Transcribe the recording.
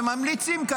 וממליצים לאשר,